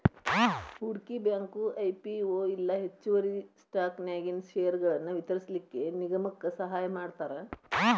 ಹೂಡ್ಕಿ bank IPO ಇಲ್ಲಾ ಹೆಚ್ಚುವರಿ ಸ್ಟಾಕನ್ಯಾಗಿನ್ ಷೇರ್ಗಳನ್ನ ವಿತರಿಸ್ಲಿಕ್ಕೆ ನಿಗಮಕ್ಕ ಸಹಾಯಮಾಡ್ತಾರ